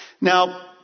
Now